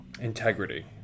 integrity